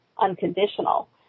unconditional